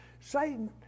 Satan